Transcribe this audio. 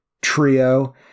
trio